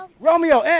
Romeo